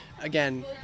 Again